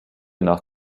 nach